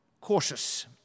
cautious